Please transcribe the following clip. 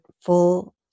full